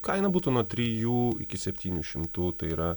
kaina būtų nuo trijų iki septynių šimtų tai yra